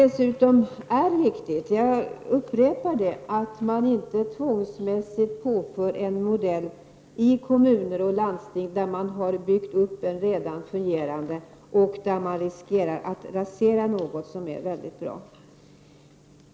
Dessutom är det viktigt — jag upprepar det — att man inte tvångsmässigt inför en modell i kommuner och landsting där det redan byggts upp en fungerande verksamhet och på det sättet riskerar att rasera något som är väldigt bra.